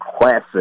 classic